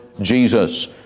Jesus